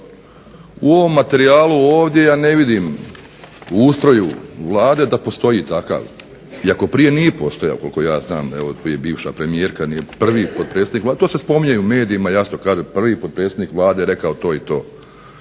U ovom materijalu ovdje ja ne vidim u ustroju Vlade da postoji takav iako nije prije postojao koliko ja znam … bivša premijerka ni prvi potpredsjednik. To se spominje u medijima jasno kaže prvi potpredsjednik Vlade je rekao to i to.